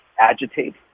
agitate